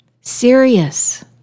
serious